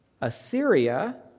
Assyria